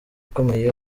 ukomeye